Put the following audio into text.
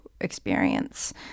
experience